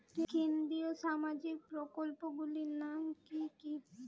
কেন্দ্রীয় সামাজিক প্রকল্পগুলি নাম কি কি?